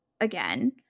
again